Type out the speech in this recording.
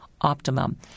optimum